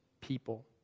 people